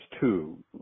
two